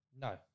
No